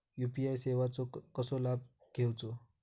UPI सेवाचो कसो लाभ घेवचो?